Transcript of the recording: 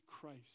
Christ